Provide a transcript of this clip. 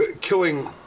killing